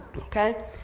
okay